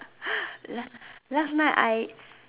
last last night I